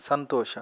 ಸಂತೋಷ